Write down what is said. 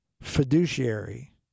fiduciary